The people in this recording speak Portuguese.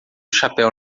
chapéu